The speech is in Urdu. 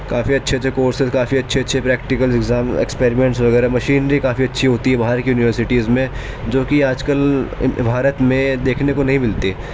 کافی اچھے اچھے کورسز کافی اچھے اچھے پریکٹیکلس اگزام ایکسپیریمنٹس وغیرہ مشینری کافی اچھی ہوتی ہے باہر کی یونیورسٹیز میں جوکہ آج کل بھارت میں دیکھنے کو نہیں ملتی